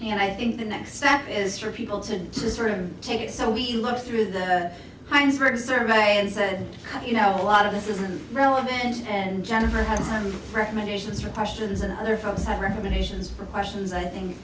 and i think the next step is for people to just sort of take it so we look through the heinz word survey and said you know a lot of this isn't relevant and jennifer has recommendations for questions and other folks have recommendations for questions i think